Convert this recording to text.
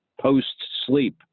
post-sleep